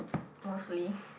mostly